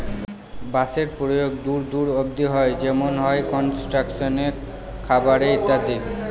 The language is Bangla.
বাঁশের প্রয়োগ দূর দূর অব্দি হয় যেমন হয় কনস্ট্রাকশনে, খাবারে ইত্যাদি